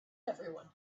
everyone